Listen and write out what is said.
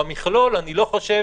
במכלול אני לא חושב